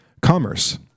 Commerce